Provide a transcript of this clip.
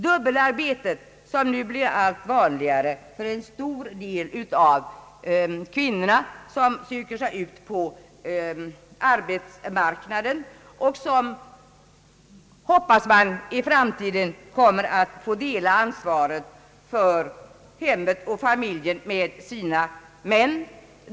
Dubbelarbete blir allt vanligare för en stor del av kvinnorna. De söker sig ut på arbetsmarknaden, och man hoppas att de i framtiden i större grad kommer att få dela ansvaret för hemmet och familjen med sina män.